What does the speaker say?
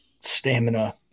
stamina